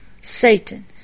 Satan